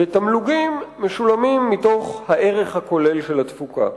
ותמלוגים משולמים מתוך הערך הכולל של התפוקה.